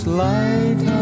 light